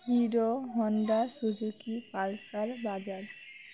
hero Honda Suzuki Pulsar Bajaj